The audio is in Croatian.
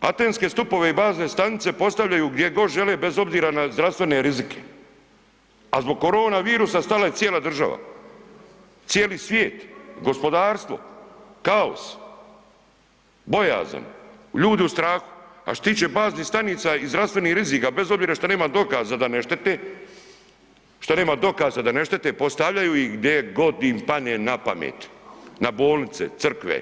Antenske stupove i bazne stanice postavljaju gdje god žele bez obzira na zdravstvene rizike, a zbog korona virusa stala je cijela država, cijeli svijet, gospodarstvo, kaos, bojazan, ljudi u strahu, a što se tiče baznih stanica i zdravstvenih rizika bez obzira šta nema dokaza da ne štete, šta nema dokaza da ne štete, postavljaju ih gdje god im padne napamet, na bolnice, crkve,